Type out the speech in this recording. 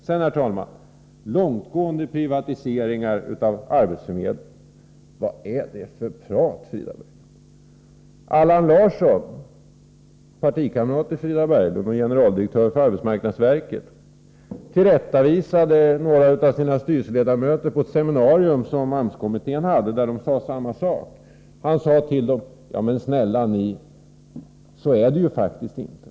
Sedan, herr talman, påstod Frida Berglund någonting om långtgående privatisering av arbetsförmedling. Vad är det för prat, Frida Berglund? Allan Larsson, partikamrat till Frida Berglund och generaldirektör för arbetsmarknadsverket, tillrättavisade några av sina styrelseledamöter på ett seminarium som AMS-kommittén hade, där dessa ledamöter sade samma sak. Allan Larsson sade till dem: Snälla ni, så är det ju faktiskt inte!